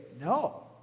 no